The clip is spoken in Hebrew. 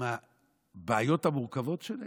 עם הבעיות המורכבות שלה,